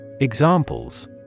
Examples